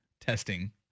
testing